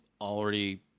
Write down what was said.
already